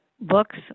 Books